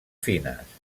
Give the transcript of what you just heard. fines